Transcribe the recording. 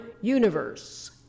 universe